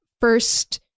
first